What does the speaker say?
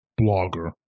blogger